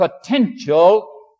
potential